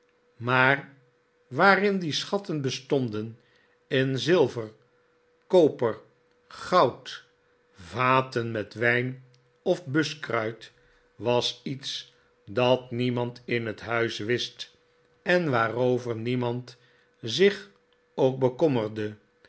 maar waarin die schatten bestonden in zilver koper goud vaten met wijn of buskruit was iets dat niemand in het huis wist en waarover niemand zich ook bekommerde